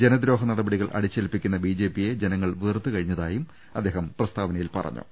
ജനദ്രോഹ നടപടികൾ അടിച്ചേൽപ്പിക്കുന്ന ബിജെപിയെ ജനങ്ങൾ വെറുത്തുക ഴിഞ്ഞതായും അദ്ദേഹം പ്രസ്താവനയിൽ പറഞ്ഞു